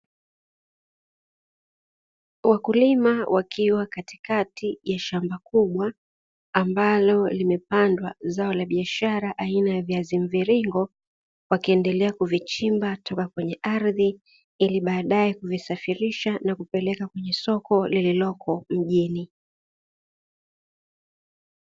Wakulima wakiwa katikati ya shamba kubwa ambalo limepandwa zao la biashara aina ya viazi mviringo, wakiendelea kuvichimba toka kwenye ardhi ili baadae kuvisafirisha na kuvipeleka kwenye soko lililoko mjini.